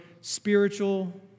spiritual